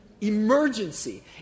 Emergency